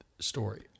story